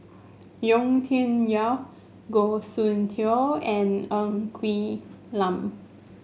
Yau Tian Yau Goh Soon Tioe and Ng Quee Lam